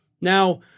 Now